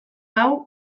hau